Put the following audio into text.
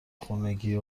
خونگیه